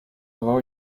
avoir